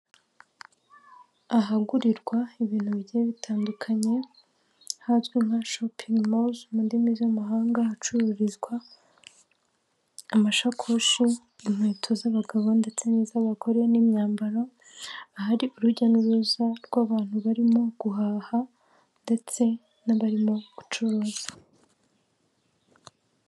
Ahagurirwa ibintu bigiye bitandukanye hazwi nka shopping moro mu ndimi z'amahanga, hacururizwa amashakoshi, inkweto z'abagabo ndetse n'iz'abagore n'imyambaro, ahari urujya n'uruza rw'abantu barimo guhaha ndetse n'abarimo gucuruza.